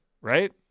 Right